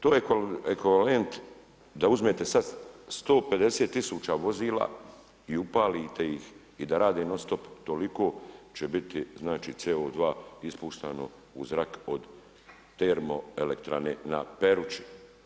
To je ekvivalent da uzmete sad 150000 vozila i upalite ih i da radite non-stop toliko, će biti, znači, CO2 ispuštano u zrak od termoelektrane na Peruči.